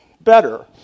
better